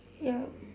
ya